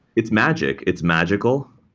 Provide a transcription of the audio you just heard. it's magic. it's magical.